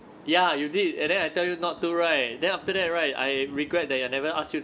ya you did and then I tell you not to right then after that right I regret that I never ask you